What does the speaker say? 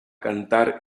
cantar